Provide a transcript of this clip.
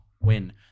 win